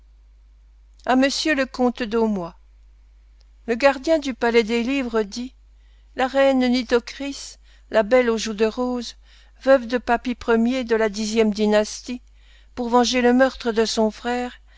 à monsieur le comte d'osmoy le gardien du palais des livres dit la reine nitocris la belle aux joues de roses veuve de papi ier de la dynastie pour venger le meurtre de son frère